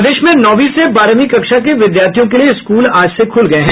प्रदेश में नौवीं से बारहवीं कक्षा के विद्यार्थियों के लिए स्कूल आज से खुल गये हैं